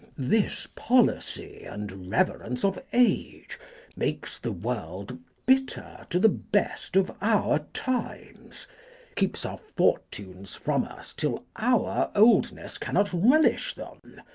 this policy and reverence of age makes the world bitter to the best of our times keeps our fortunes from us till our oldness cannot relish them.